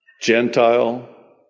Gentile